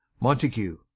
montague